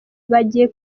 bagiye